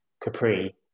Capri